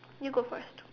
you go first